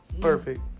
Perfect